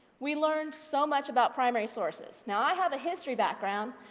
we learned so much about primary sources. now i have a history background,